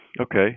Okay